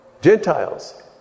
Gentiles